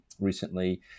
recently